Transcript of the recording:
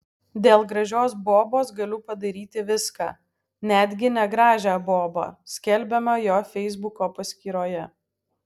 dėl gražios bobos galiu padaryti viską netgi negražią bobą skelbiama jo feisbuko paskyroje